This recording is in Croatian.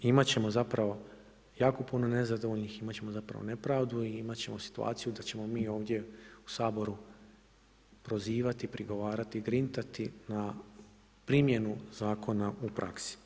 Imat ćemo zapravo jako puno nezadovljnih, imat ćemo zapravo nepravdu i imat ćemo situaciju da ćemo mi ovdje u Saboru prozivati, i prigovarati i grintati na primjenu zakona u praksi.